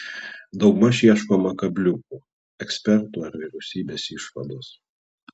daugmaž ieškoma kabliukų ekspertų ar vyriausybės išvados